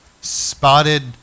spotted